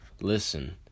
listen